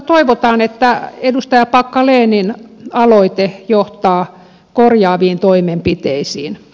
toivotaan että edustaja packalenin aloite johtaa korjaaviin toimenpiteisiin